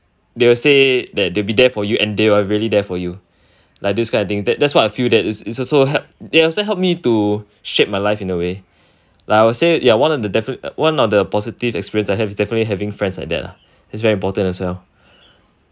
they will say that they will be there for you and they are really there for you like this kind of thing that that's what I feel that is also help they also help me to shape my life in a way like I would say ya one of the definit~ one of the positive experience I have is definitely having friends like that lah it's very important as well